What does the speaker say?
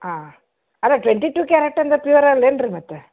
ಹಾಂ ಅಲ್ಲ twenty two carat ಅಂದ್ರೆ ಪ್ಯೂಯರ್ ಅಲ್ಲೇನು ರೀ ಮತ್ತೆ